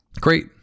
Great